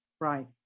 Right